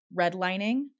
Redlining